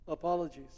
Apologies